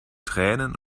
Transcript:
tränen